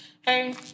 hey